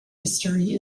history